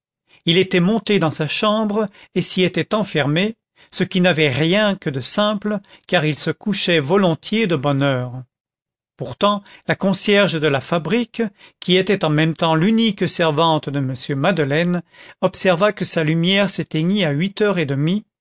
il était monté dans sa chambre et s'y était enfermé ce qui n'avait rien que de simple car il se couchait volontiers de bonne heure pourtant la concierge de la fabrique qui était en même temps l'unique servante de m madeleine observa que sa lumière s'éteignit à huit heures et demie